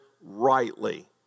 rightly